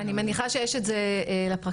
אני מניחה שיש את זה לפרקליטות.